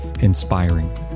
inspiring